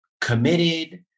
committed